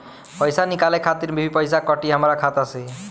पईसा निकाले खातिर भी पईसा कटी हमरा खाता से?